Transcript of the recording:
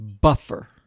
buffer